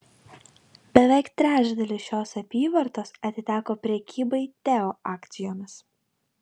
beveik trečdalis šios apyvartos atiteko prekybai teo akcijomis